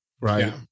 right